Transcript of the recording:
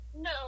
no